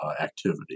activity